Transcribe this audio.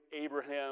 Abraham